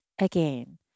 Again